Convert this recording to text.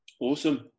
Awesome